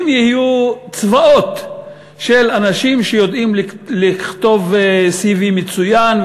אם יהיו צבאות של אנשים שיודעים לכתוב CV מצוין,